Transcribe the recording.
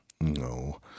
No